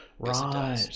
right